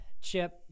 Chip